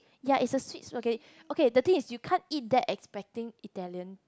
ya it's the sweet spaghetti okay the thing is you can't eat that expecting Italian